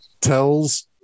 tells